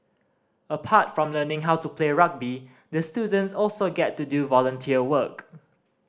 apart from learning how to play rugby the students also get to do volunteer work